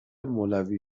مولوی